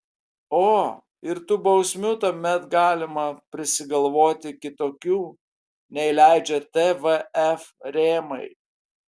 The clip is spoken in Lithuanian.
o ir tų bausmių tuomet galima prisigalvoti kitokių nei leidžia tvf rėmai